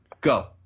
Go